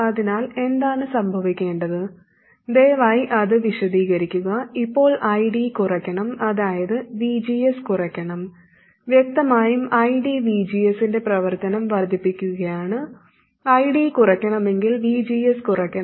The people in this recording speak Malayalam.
അതിനാൽ എന്താണ് സംഭവിക്കേണ്ടത് ദയവായി അത് വിശദീകരിക്കുക ഇപ്പോൾ ID കുറയ്ക്കണം അതായത് VGS കുറയ്ക്കണം വ്യക്തമായും ID VGS ന്റെ പ്രവർത്തനം വർദ്ധിപ്പിക്കുകയാണ് ID കുറയ്ക്കണമെങ്കിൽ VGS കുറയ്ക്കണം